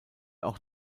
auch